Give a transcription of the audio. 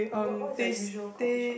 what what's your usual coffee shop